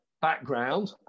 background